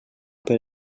per